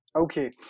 okay